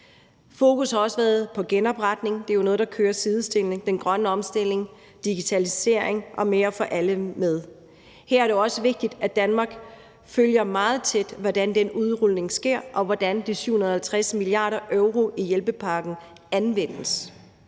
Fokus har også været på genopretning. Det er jo noget, der køres sideløbende med den grønne omstilling, digitalisering og med at få alle med. Her er det også vigtigt, at Danmark følger meget tæt, hvordan den udrulning sker, og hvordan de 750 mia. euro i hjælpepakken anvendes.